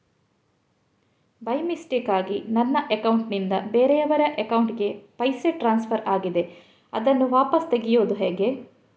By ಮಿಸ್ಟೇಕಾಗಿ ನನ್ನ account ನಿಂದ ಬೇರೆಯವರ ಅಕೌಂಟ್ ಗೆ ಪೈಸೆ ಟ್ರಾನ್ಸ್ಫರ್ ಆಗಿದೆ ಅದನ್ನು ವಾಪಸ್ ತೆಗೆಯೂದು ಹೇಗೆ?